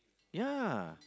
ya